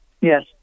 Yes